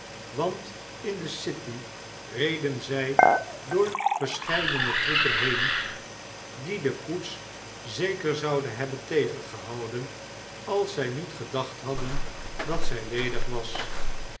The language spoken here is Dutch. want in de c i t y reden zij door verscheidene troepen heen die de koets zeker zouden hebben tegengehouden als zij niet gedacht hadden dat zij ledig was